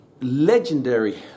legendary